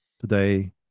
today